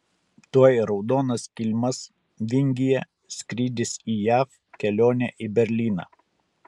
tuoj raudonas kilimas vingyje skrydis į jav kelionė į berlyną